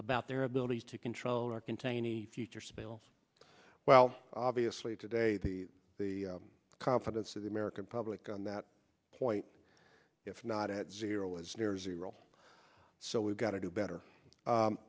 about their ability to control or contain any future spills well obviously today the the confidence of the american public on that point if not at zero is near zero so we've got to do better